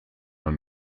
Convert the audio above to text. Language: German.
noch